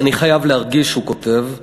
אני חייב להרגיש, הוא כותב,